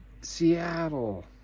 Seattle